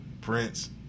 Prince